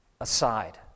aside